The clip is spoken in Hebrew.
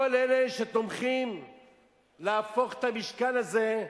כל אלה שתומכים בהפיכת המשכן הזה,